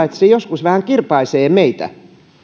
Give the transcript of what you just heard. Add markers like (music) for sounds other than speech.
(unintelligible) että se joskus vähän kirpaisee meitä